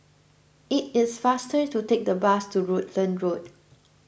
it is faster to take the bus to Rutland Road